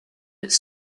its